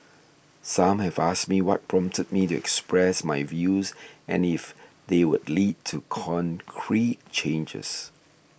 some have asked me what prompted me to express my views and if they would lead to concrete changes